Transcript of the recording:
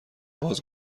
باز